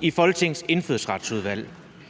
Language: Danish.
i Folketingets Indfødsretsudvalg.